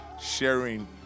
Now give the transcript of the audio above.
sharing